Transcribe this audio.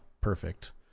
perfect